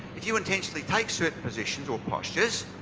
if you intentionally take certain positions or postures,